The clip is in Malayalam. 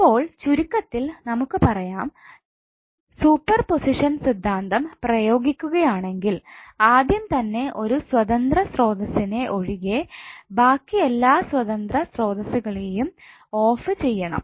അപ്പോൾ ചുരുക്കത്തിൽ നമുക്ക് പറയാം സൂപ്പർ പൊസിഷൻ സിദ്ധാന്തം പ്രയോഗിക്കുകയാണെങ്കിൽ ആദ്യം തന്നെ ഒരു സ്വതന്ത്ര സ്രോതസ്സ്നെ ഒഴികെ ബാക്കിയെല്ലാ സ്വതന്ത്ര സ്രോതസ്സ്സ്നെയും ഓഫ് ചെയ്യണം